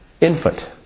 Infant